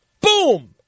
boom